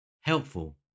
Helpful